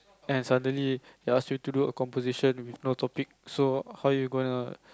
and suddenly they ask you do a composition with no topic so how you gonna